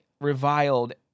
reviled